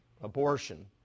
abortion